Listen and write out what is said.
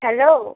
hello